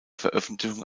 veröffentlichung